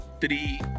three